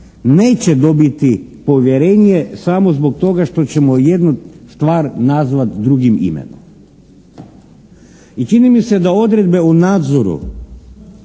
neće dobiti povjerenje samo zbog toga što ćemo jednu stvar nazvati drugim imenom. I čini mi se da odredbe o nadzoru